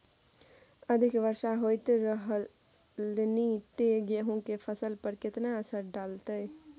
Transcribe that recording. अधिक वर्षा होयत रहलनि ते गेहूँ के फसल पर केतना असर डालतै?